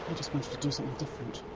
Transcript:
just wanted to do something different.